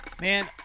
Man